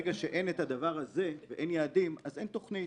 ברגע שאין את הדבר הזה ואין יעדים אז אין תכנית.